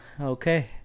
Okay